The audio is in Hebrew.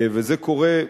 וזה קורה,